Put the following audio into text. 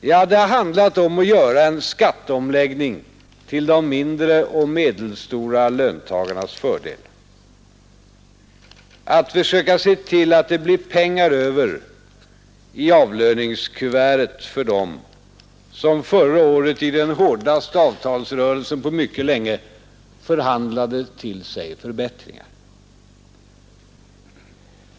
Jo, det har handlat om att göra en skatteomläggning till de mindre och medelstora löntagarnas fördel, att försöka se till att det blir pengar över i avlöningskuvertet för dem som förra året i den hårdaste avtalsrörelsen på mycket länge förhandlade till sig förbättringar.